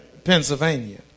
Pennsylvania